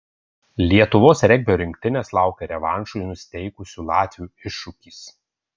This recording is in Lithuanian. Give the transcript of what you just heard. lietuvos regbio rinktinės laukia revanšui nusiteikusių latvių iššūkis